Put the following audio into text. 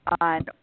on